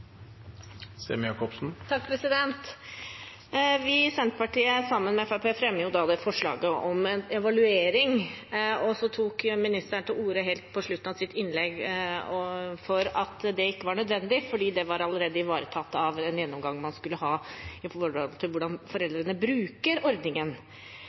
Vi i Senterpartiet fremmer sammen med Fremskrittspartiet forslag om en evaluering. Helt på slutten av sitt innlegg tok ministeren til orde for at det ikke var nødvendig fordi det allerede var ivaretatt av den gjennomgangen man skulle ha om hvordan foreldrene bruker ordningen.